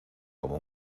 como